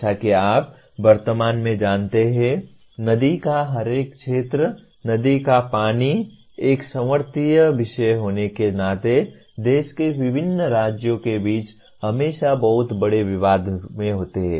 जैसा कि आप वर्तमान में जानते हैं नदी का हर एक क्षेत्र नदी का पानी एक समवर्ती विषय होने के नाते देश के विभिन्न राज्यों के बीच हमेशा बहुत बड़े विवाद होते हैं